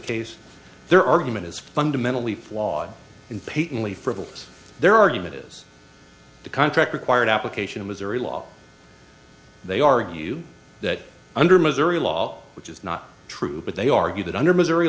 case their argument is fundamentally flawed in patently frivolous their argument is the contract required application in missouri law they argue that under missouri law which is not true but they argue that under missouri